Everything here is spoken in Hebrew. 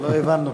לא הבנו.